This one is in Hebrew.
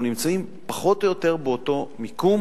אנחנו נמצאים פחות או יותר באותו מקום,